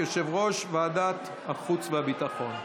יושב-ראש ועדת החוץ והביטחון.